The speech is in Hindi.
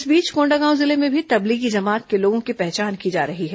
इस बीच कोंडागांव जिले में भी तबलीगी जमात के लोगों की पहचान की जा रही है